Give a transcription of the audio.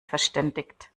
verständigt